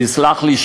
תסלח לי,